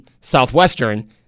southwestern